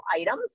items